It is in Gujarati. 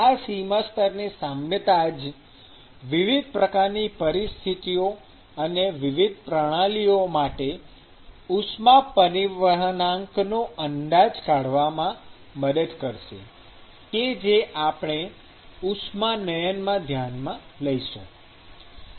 આ સીમાસ્તરની સામ્યતા જ વિવિધ પ્રકારની પરિસ્થિતિઓ અને વિવિધ પ્રણાલીઓ માટે ઉષ્મા પરિવહનાંકનો અંદાજ કાઢવામાં મદદ કરશે કે જેને આપણે ઉષ્માનયનમાં ધ્યાનમાં લઈશું